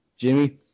Jimmy